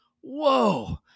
whoa